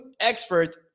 expert